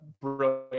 brilliant